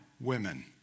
women